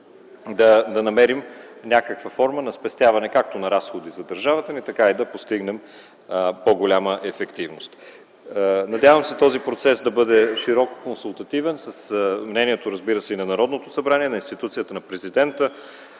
да намерим някаква форма на спестяване както на разходи за държавата, така и да постигнем по-голяма ефективност. Надявам се този процес да бъде широко консултативен разбира се, с мнението на Народното събрание, на институцията на Президента,